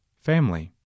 Family